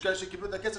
יש כאלה שקיבלו את הכסף,